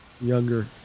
younger